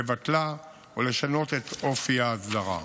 לבטלה או לשנות את אופי ההסדרה.